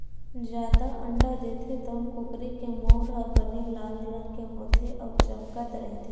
जादा अंडा देथे तउन कुकरी के मउर ह बने लाल रंग के होथे अउ चमकत रहिथे